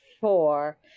four